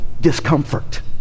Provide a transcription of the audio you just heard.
discomfort